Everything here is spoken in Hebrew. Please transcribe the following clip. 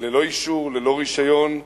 ללא אישור, ללא רשיון,